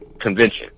convention